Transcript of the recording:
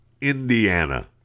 Indiana